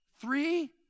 Three